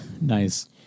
Nice